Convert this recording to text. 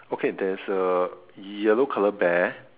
okay there is a yellow colour bear